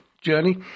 journey